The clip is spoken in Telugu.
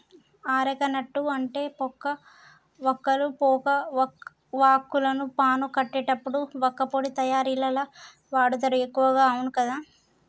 అరెక నట్టు అంటే పోక వక్కలు, పోక వాక్కులను పాను కట్టేటప్పుడు వక్కపొడి తయారీల వాడుతారు ఎక్కువగా అవును కదా